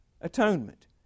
atonement